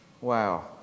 Wow